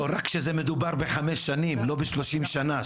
רק שזה מדובר בחמש שנים ולא בשלושים שנה,